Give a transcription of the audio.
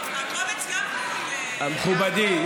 הקומץ גם, המכובדים.